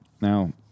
Now